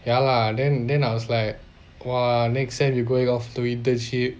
ya lah then then I was like !wah! next sem you going off to internship